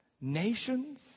nations